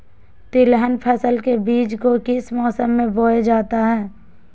तिलहन फसल के बीज को किस मौसम में बोया जाता है?